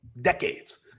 decades